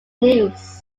news